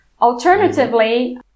Alternatively